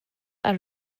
are